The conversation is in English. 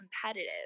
competitive